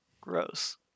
Gross